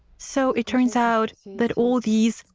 so it turns out that all these,